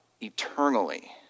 eternally